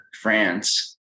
France